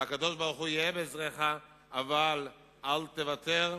והקדוש-ברוך-הוא יהיה בעזרך, אבל אל תוותר,